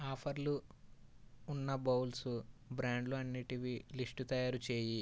ఆఫర్లు ఉన్న బౌల్స్ బ్రాండ్లు అన్నిటివి లిస్టు తయారు చేయి